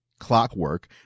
clockwork